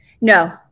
No